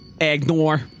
ignore